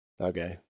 Okay